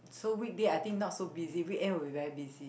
so weekday I think not so busy weekend will be very busy